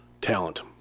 talent